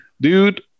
dude